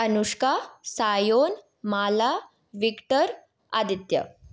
Anushka Sayan Mala Victor Aditya